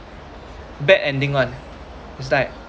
bad ending [one] is like